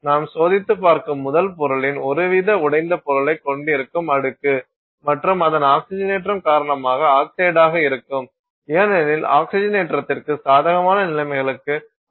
நாம் சோதித்துப் பார்க்கும் முதல் பொருளின் ஒருவித உடைந்த பொருளைக் கொண்டிருக்கும் அடுக்கு மற்றும் அதன் ஆக்சிஜனேற்றம் காரணமாக ஆக்சைடாக இருக்கும் ஏனெனில் ஆக்சிஜனேற்றத்திற்கு சாதகமான நிலைமைகளுக்கு ஆம் அதை வெளிப்படுத்தி உள்ளோம்